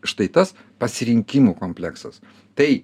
štai tas pasirinkimų kompleksas tai